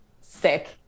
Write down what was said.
sick